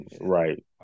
right